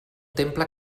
temple